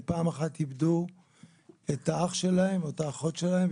פעם אחת הם איבדו את האח שלהם או את האחות שלהם,